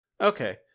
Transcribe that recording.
Okay